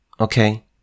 Okay